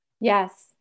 Yes